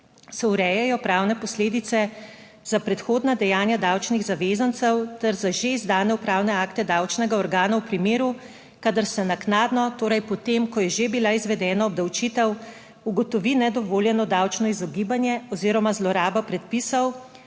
Se urejajo pravne posledice za predhodna dejanja davčnih zavezancev ter za že izdane upravne akte davčnega organa v primeru, kadar se naknadno, torej po tem, ko je že bila izvedena obdavčitev, ugotovi nedovoljeno davčno izogibanje oziroma zloraba predpisov